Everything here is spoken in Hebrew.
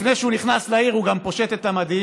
לפני שהוא נכנס לעיר הוא גם פושט את המדים,